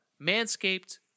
manscaped